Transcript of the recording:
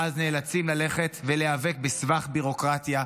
ואז נאלצים ללכת ולהיאבק בסבך ביורוקרטיה,